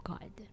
God